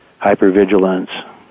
hypervigilance